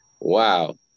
Wow